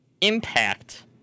impact